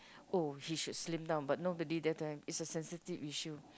oh he should slim down but nobody dare to a sensitive issue